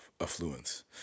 affluence